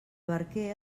barquer